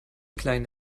kleine